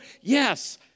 yes